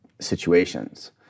situations